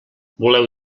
voleu